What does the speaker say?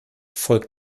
folgt